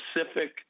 specific